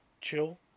chill